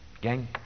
Gang